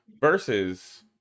versus